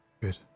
Good